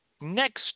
next